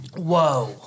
Whoa